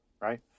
right